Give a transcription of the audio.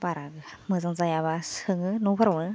बारा मोजां जायाबा सोङो न'फोरावनो